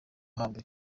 hambere